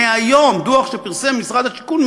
מדוח שפרסם משרד השיכון,